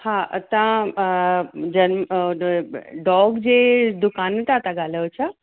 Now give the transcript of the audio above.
हा असां डॉग जे दुकान तां था ॻालायो छा